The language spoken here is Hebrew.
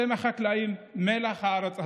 אתם, החקלאים, מלח הארץ הזו.